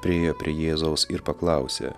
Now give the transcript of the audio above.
priėjo prie jėzaus ir paklausė